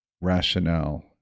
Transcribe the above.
rationale